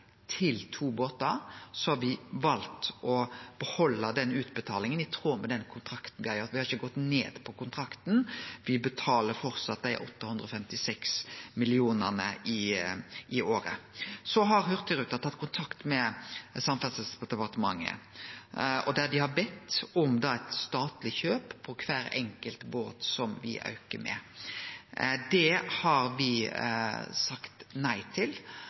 til to båtar, har me valt å behalde utbetalinga i tråd med den kontrakten me har. Me har ikkje gått ned på kontrakten, me betaler framleis 856 mill. kr i året. Så har Hurtigruten tatt kontakt med Samferdselsdepartementet, der dei har bedt om eit statleg kjøp på kvar enkelt båt ein aukar med. Det har me sagt nei til,